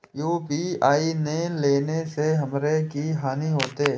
UPI ने लेने से हमरो की हानि होते?